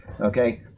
okay